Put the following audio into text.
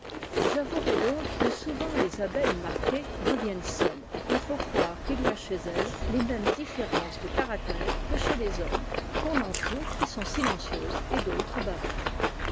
j'avouerai donc que souvent les abeille marquées reviennent seules il faut croir qu'il y a chez elles les mômes différences de caractère que chez les hommes qu'on en trouve qui sont silencieuses et d autres bavardes